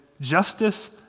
justice